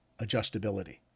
adjustability